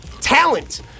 talent